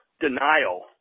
denial